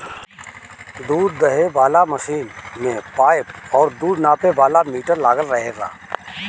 दूध दूहे वाला मशीन में पाइप और दूध नापे वाला मीटर लागल रहेला